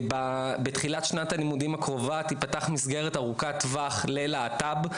בתחילת שנת הלימודים הקרובה תפתח מסגרת ארוכת טווח ללהט"ב,